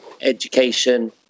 education